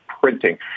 printing